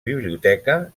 biblioteca